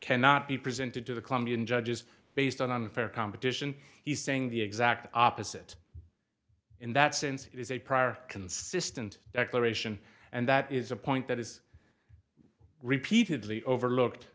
cannot be presented to the colombian judges based on unfair competition he's saying the exact opposite in that sense it is a prior consistent declaration and that is a point that is repeatedly overlooked